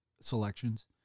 selections